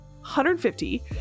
150